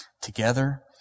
together